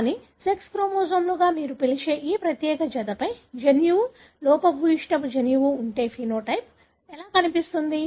కానీ సెక్స్ క్రోమోజోమ్లుగా మీరు పిలిచే ఈ ప్రత్యేక జతపై జన్యువు లోపభూయిష్ట జన్యువు ఉంటే ఫెనోటైప్ ఎలా కనిపిస్తుంది